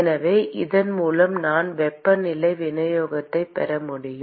எனவே இதன் மூலம் நான் வெப்பநிலை விநியோகத்தைப் பெற முடியுமா